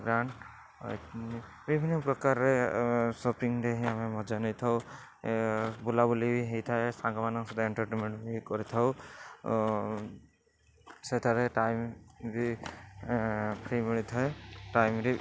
grand ବିଭିନ୍ନ ପ୍ରକାରରେ ସପିଂରେ ହିଁ ଆମେ ମଜା ନେଇଥାଉ ବୁଲାବୁଲି ହେଇଥାଏ ସାଙ୍ଗମାନଙ୍କ ସହିତ ଏଣ୍ଟରଟେନମେଣ୍ଟ ବି କରିଥାଉ ସେତେବେଳେ ଟାଇମ୍ ବି ଫ୍ରି ମିଳିଥାଏ ଟାଇମ୍ ବି